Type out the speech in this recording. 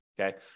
okay